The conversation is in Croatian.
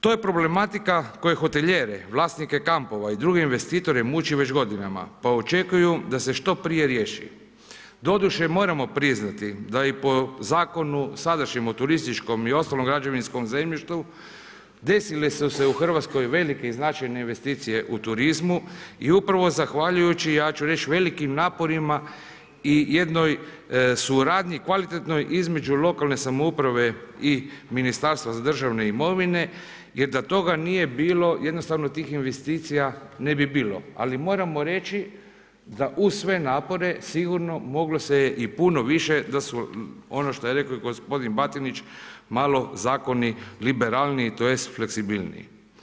To je problematika koje hotelijere, vlasnike kampova i druge investitore muči već godinama pa očekuju da se što prije riješi, doduše moramo priznati da i po zakonu sadašnjem o turističkom i ostalom građevinskom zemljištu, desile su se u Hrvatskoj velike i značajnije investicije u turizmu i upravo zahvaljujući ja ću reći velikim naporima ijednoj suradnji kvalitetnoj između lokalne samouprave i Ministarstva državne imovine, jer da toga nije bilo jednostavno tih investicija ne bi bilo ali moramo reći da uz sve napore sigurno moglo se je i puno više da su, ono što je rekao i gospodin Batinić, malo zakoni liberalniji, tj. fleksibilniji.